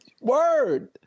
Word